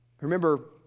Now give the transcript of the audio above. Remember